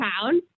town